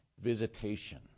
visitation